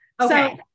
Okay